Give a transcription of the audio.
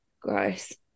gross